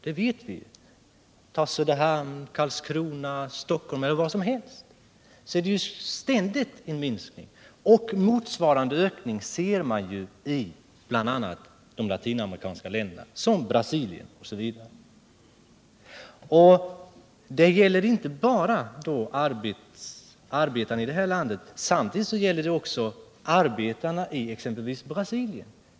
Man kan som exempel nämna Söderhamn, Karlskrona, Stockholm eller vilken ort som helst — överallt sker en ständig minskning. En motsvarande ökning kan man däremot notera i de latinamerikanska länderna, t.ex. i Brasilien. Det gäller inte bara arbetarna i det här landet. Det gäller samtidigt arbetarna i exempelvis Brasilien.